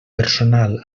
personal